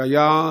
שהיה,